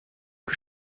que